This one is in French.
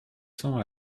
sont